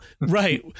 right